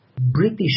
British